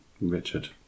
Richard